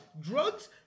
Drugs